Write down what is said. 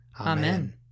Amen